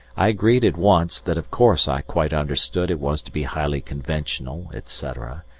i agreed at once that of course i quite understood it was to be highly conventional, etc,